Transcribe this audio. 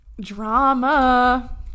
Drama